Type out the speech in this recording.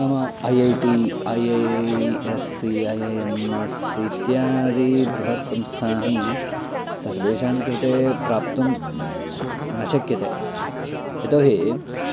नाम I I T I I S C I I M S इत्यादि बृहत् संस्थाः सर्वेषाङ्कृते प्राप्तुं न शक्यते यतोऽहि